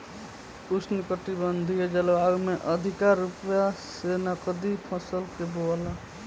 उष्णकटिबंधीय जलवायु में अधिका रूप से नकदी फसल के बोआला